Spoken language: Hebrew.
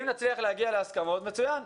אם נצליח להגיע להסכמות, מצוין.